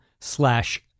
slash